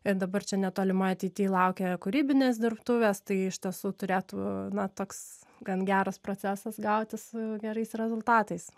ir dabar čia netolimoj ateity laukia ir kūrybinės dirbtuvės tai iš tiesų turėtų na toks gan geras procesas gautis su gerais rezultatais